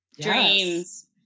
Dreams